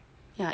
好的